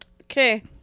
Okay